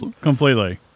completely